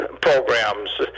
programs